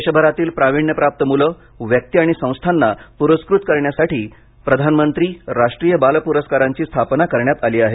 देशभरातील प्राविण्यप्राप्त मुले व्यक्ति आणि संस्थांना पुरस्कृत करण्यासाठी प्रधान मंत्री राष्ट्रीय बाल पुरस्कारांची स्थापन करण्यात आली आहे